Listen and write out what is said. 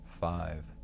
five